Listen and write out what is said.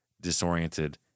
disoriented